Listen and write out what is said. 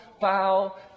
bow